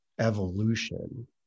evolution